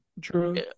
true